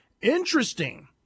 Interesting